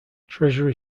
treasury